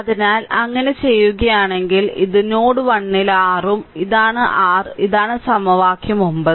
അതിനാൽ അങ്ങനെ ചെയ്യുകയാണെങ്കിൽ ഇത് നോഡ് 1 ൽ r ഉം ഇതാണ് r ഇതാണ് സമവാക്യം 9